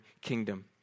kingdom